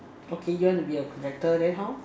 okay you want to be a connector then how